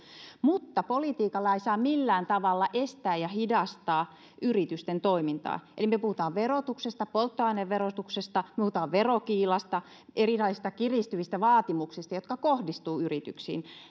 mutta politiikalla ei saa millään tavalla estää ja hidastaa yritysten toimintaa eli me puhumme polttoaineverotuksesta puhumme verokiilasta erilaisista kiristyvistä vaatimuksista jotka kohdistuvat yrityksiin